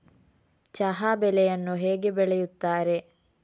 ಚಹಾ ಬೆಳೆಯನ್ನು ಹೇಗೆ ಬೆಳೆಯುತ್ತಾರೆ?